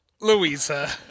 Louisa